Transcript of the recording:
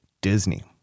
Disney